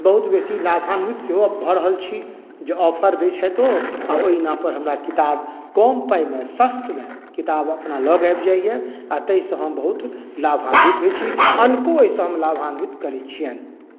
बहुत बेसी लाभान्वित सेहो भऽ रहल छी जे ऑफर दैत छथि ओ आ ओहि नामपर हमरा किताब कम पाइमे सस्तमे किताब अपना लग आबि जाइए आ ताहिसँ हम बहुत लाभान्वित होइत छी अनको एहिसँ हम लाभान्वित करैत छियनि